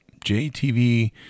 JTV